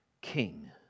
king